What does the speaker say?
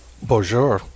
Bonjour